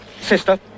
Sister